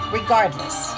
Regardless